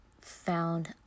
found